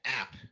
App